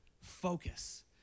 focus